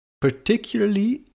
particularly